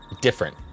different